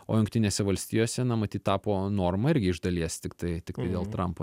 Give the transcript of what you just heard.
o jungtinėse valstijose na matyt tapo norma irgi iš dalies tiktai tiktai dėl trampo